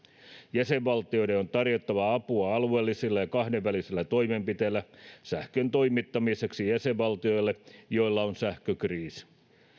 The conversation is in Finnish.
jäsenvaltioiden on tarjottava apua alueellisilla ja kahdenvälisillä toimenpiteillä sähkön toimittamiseksi jäsenvaltioille joilla on sähkökriisi